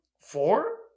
four